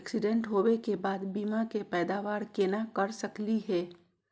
Accident होवे के बाद बीमा के पैदावार केना कर सकली हे?